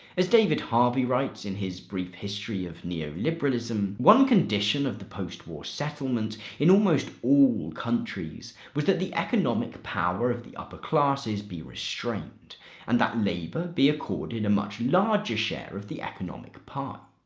as david harvey writes in his brief history of neoliberalism, one condition of the post-war settlement in almost all countries was that the economic power of the upper classes be restrained and that labor be accorded a much larger share of the economic pie.